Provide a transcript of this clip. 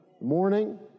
Morning